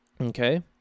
Okay